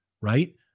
right